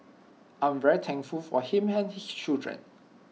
I'm very thankful for him and his children